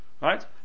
right